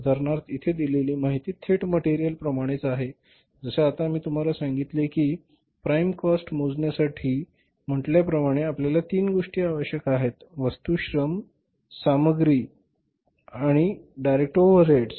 उदाहरणार्थ इथे दिलेली माहिती थेट मटेरियल प्रमाणेच आहे जसे आता मी तुम्हाला सांगितले आहे की प्राइम कॉस्ट मोजण्यासाठी म्हटल्याप्रमाणे आपल्याला तीन गोष्टी आवश्यक आहेत वस्तू श्रम प्रथम सामग्री दुसरे श्रम आणि तिसरे डायरेक्ट ओव्हरहेड्स